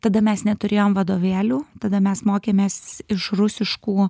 tada mes neturėjom vadovėlių tada mes mokėmės iš rusiškų